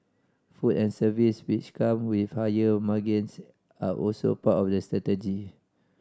food and service which come with higher margins are also part of the strategy